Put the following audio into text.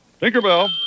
Tinkerbell